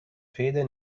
fede